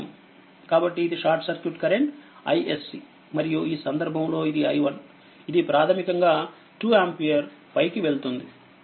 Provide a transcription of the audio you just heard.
కాబట్టిఇది short circuit కరెంట్iSC మరియు ఈ సందర్భంలో ఇది i1 ఇది ప్రాథమికంగా2ఆంపియర్ పైకి వెళ్తుంది